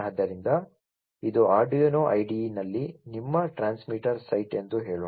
ಆದ್ದರಿಂದ ಇದು Arduino IDE ನಲ್ಲಿ ನಿಮ್ಮ ಟ್ರಾನ್ಸ್ಮಿಟರ್ ಸೈಟ್ ಎಂದು ಹೇಳೋಣ